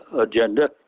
agenda